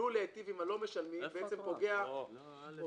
שעלול להיטיב עם הלא-משלמים בעצם פוגע במשלמים.